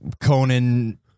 Conan